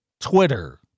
Twitter